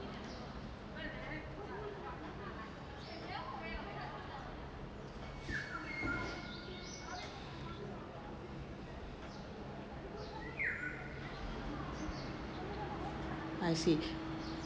I see